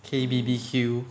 K B_B_Q